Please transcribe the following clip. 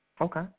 Okay